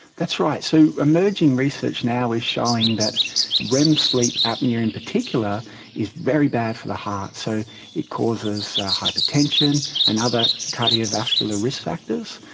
that's right. so emerging research now is showing that rem sleep apnoea in particular is very bad for the heart. so it causes hypertension and other cardiovascular risk factors.